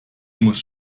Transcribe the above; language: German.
muss